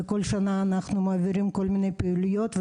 וכל שנה אנחנו מעבירים כל מיני פעילויות.